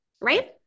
right